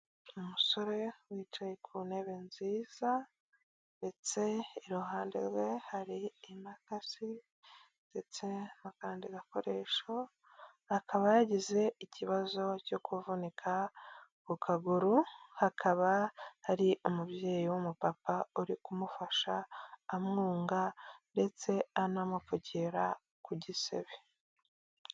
Umusore wicaye ku ntebe nziza ndetse iruhande rwe hari imakasi, ndetse n'akandi gakoresho akaba yagize ikibazo cyo kuvunika ku kaguru, hakaba hari umubyeyi w'umupapa uri kumufasha amwunga ndetse anamupfugira ku gisebe.